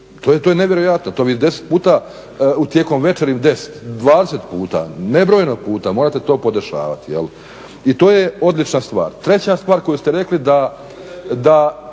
To je nevjerojatno, to vi deset puta u tijekom večeri, 10, 20 puta nebrojenog puta morate to podešavati i to je odlična stvar. Treća stvar koju ste rekli da